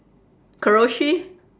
koroshi